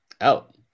Out